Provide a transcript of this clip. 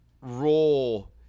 role